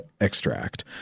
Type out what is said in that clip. extract